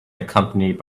accompanied